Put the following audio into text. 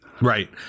Right